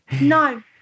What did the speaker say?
no